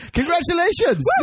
Congratulations